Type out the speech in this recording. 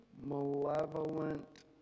malevolent